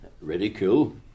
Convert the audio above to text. ridicule